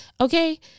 Okay